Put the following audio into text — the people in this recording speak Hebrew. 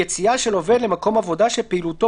יציאה של עובד למקום עבודה שפעילותו